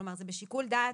כלומר זה בשיקול דעת.